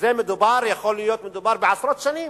ויכול להיות שמדובר בעשרות שנים.